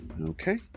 Okay